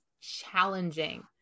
challenging